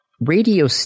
Radio